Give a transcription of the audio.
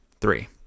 three